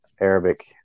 Arabic